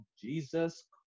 Jesus